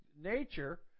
nature